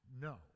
No